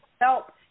help